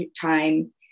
time